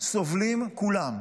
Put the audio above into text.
סובלים כולם.